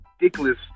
ridiculous